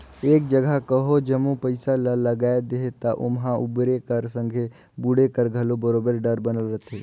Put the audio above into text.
एक जगहा कहों जम्मो पइसा ल लगाए देहे ता ओम्हां उबरे कर संघे बुड़े कर घलो बरोबेर डर बनल रहथे